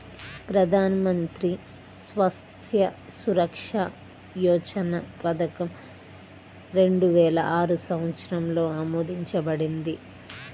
ప్రధాన్ మంత్రి స్వాస్థ్య సురక్ష యోజన పథకం రెండు వేల ఆరు సంవత్సరంలో ఆమోదించబడింది